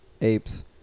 apes